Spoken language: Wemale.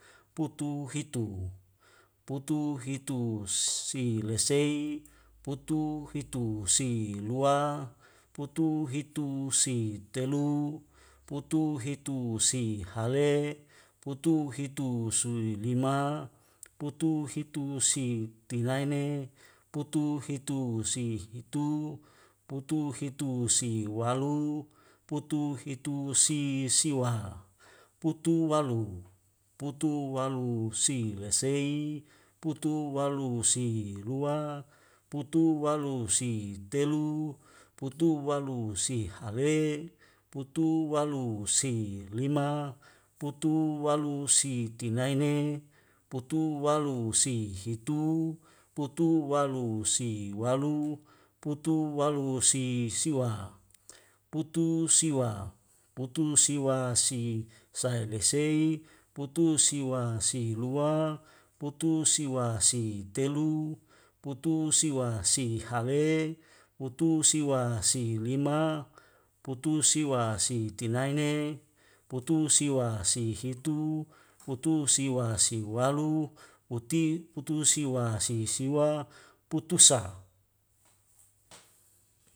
Putu hitu, putu hitu si lesei, putu hitu si lua, putu hitu si telu, putu hitu si hale, putu hitu si lima, putu hitu si tinaine, putu hitu si hitu, putu hitu si walu, putu hitu si siwa, putu walu. putu walu si lesei, putu walu si lua, putu walu si telu, putu walu si hale, putu walu si lima, putu walu si tinaene, putu walu si hitu, putu walu si walu, putu walu si siwa, putu siwa, putu siwa si sai lesei, putu siwa si lua, putu siwa si telu, putu siwa si hale, putu siwa si lima, putu siwa si tinaene, putu siwa si hitu, putu siwa si walu, uti putu siwa si siwa, putu sa